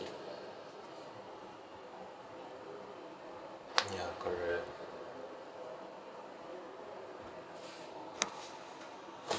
ya correct